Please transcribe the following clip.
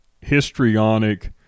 histrionic